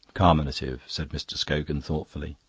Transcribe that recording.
carminative, said mr. scogan thoughtfully.